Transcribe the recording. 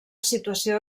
situació